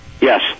Yes